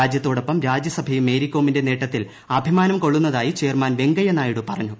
രാജ്യത്തോടൊപ്പം രാജ്യസഭയും മേരികോമിന്റെ നേട്ടത്തിൽ അഭിമാനം കൊള്ളുന്നതായി ചെയർമാൻ വെങ്കയ്യ നായിഡു പറഞ്ഞു